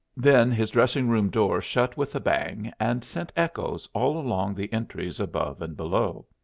then his dressing-room door shut with a bang, and sent echoes all along the entries above and below.